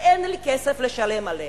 ואין לי כסף לשלם עליהם.